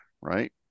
right